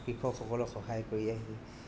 কৃষকসকলক সহায় কৰি আহি